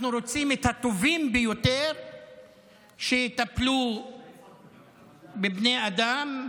אנחנו רוצים את הטובים ביותר שיטפלו בבני אדם,